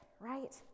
right